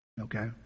Okay